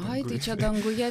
ai tai čia danguje